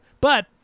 But-